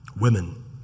women